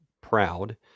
proud